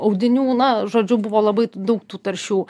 audinių na žodžiu buvo labai daug tų taršių